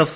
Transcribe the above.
F